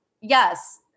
yes